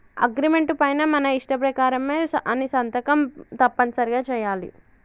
agreement పైన మన ఇష్ట ప్రకారమే అని సంతకం తప్పనిసరిగా చెయ్యాలి